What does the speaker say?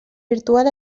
virtual